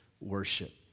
worship